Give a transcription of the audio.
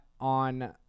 on –